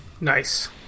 Nice